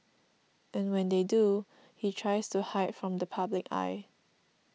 and when they do he tries to hide from the public eye